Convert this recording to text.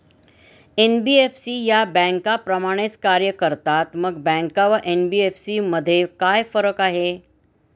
NBFC या बँकांप्रमाणेच कार्य करतात, मग बँका व एन.बी.एफ.सी मध्ये काय फरक आहे?